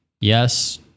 Yes